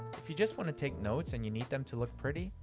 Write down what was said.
if you just wanna take notes and you need them to look pretty,